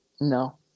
No